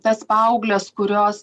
tas paaugles kurios